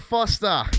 Foster